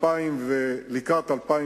מרכיב הקרקע במחיר